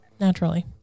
naturally